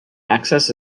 access